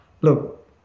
look